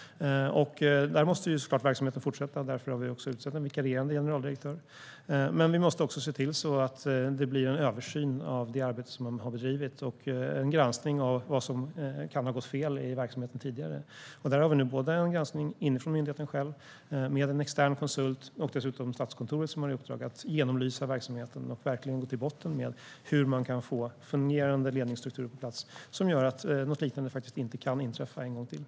Verksamheten måste såklart fortsätta, och därför har vi utsett en vikarierande generaldirektör. Vi måste också se till att det blir en översyn av det arbete som man har bedrivit och en granskning av vad som kan ha gått fel i verksamheten tidigare. Där har vi nu en granskning inifrån myndigheten själv med en extern konsult, och Statskontoret har dessutom i uppdrag att genomlysa verksamheten och verkligen gå till botten med hur man kan få fungerande ledningsstrukturer på plats som gör att något liknande inte kan inträffa en gång till.